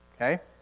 okay